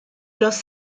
los